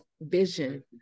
vision